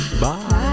Bye